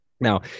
Now